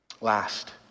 Last